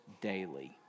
daily